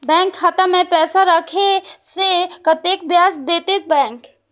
Bank खाता में पैसा राखे से कतेक ब्याज देते बैंक?